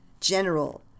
General